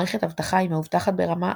מערכת אבטחה היא מאובטחת ברמה